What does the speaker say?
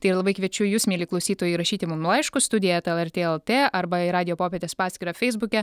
tai ir labai kviečiu jus mieli klausytojai rašyti mum laiškus studija eta lrt lt arba į radijo popietės paskyrą feisbuke